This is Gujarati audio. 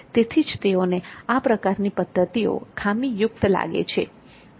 તેથી જ તેઓને આ પ્રકારની પદ્ધતિ ખામીયુક્ત લાગે છે